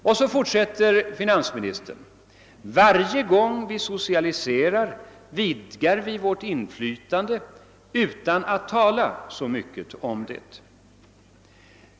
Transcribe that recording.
Och så fortsätter finansministern: Varje gång vi socialiserar vidgar vi vårt inflytande utan att tala så mycket om det.